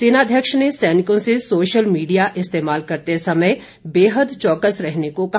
सेनाध्यक्ष ने सैनिकों से सोशल मीडिया इस्तेमाल करते समय बेहद चौकस रहने को कहा